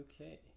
Okay